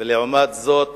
ולעומת זאת